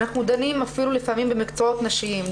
אנחנו דנים אפילו לפעמים במקצועות נשיים.